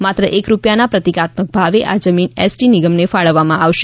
માત્ર એક રૂપિયા ના પ્રતિકાત્મક ભાવે આ જમીન એસટી નિગમની ફાળવવામાં આવશે